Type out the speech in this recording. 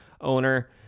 owner